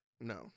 no